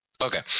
Okay